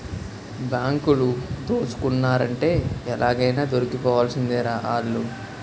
బాంకులు దోసుకున్నారంటే ఎలాగైనా దొరికిపోవాల్సిందేరా ఆల్లు